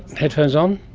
headphones on?